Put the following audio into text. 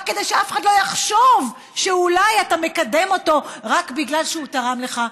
רק כדי שאף אחד לא יחשוב שאולי אתה מקדם אותו רק בגלל שהוא תרם לך,